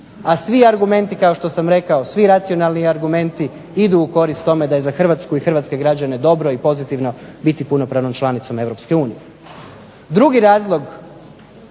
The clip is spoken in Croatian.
A svi argumenti kao što sam rekao, svi racionalni argumenti idu u korist tome da je za Hrvatsku i hrvatske građane dobro i pozitivno biti punopravnom članicom EU. Drugi razlog